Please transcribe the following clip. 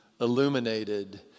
illuminated